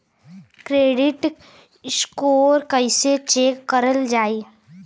Credit score कइसे check करल जायी?